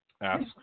ask